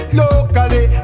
locally